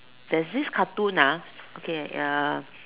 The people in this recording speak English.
there's this cartoon lah okay